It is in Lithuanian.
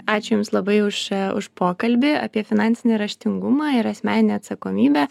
ačiū jums labai už už pokalbį apie finansinį raštingumą ir asmeninę atsakomybę